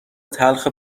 تلخ